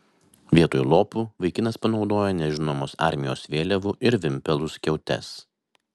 vietoj lopų vaikinas panaudojo nežinomos armijos vėliavų ir vimpelų skiautes